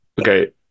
okay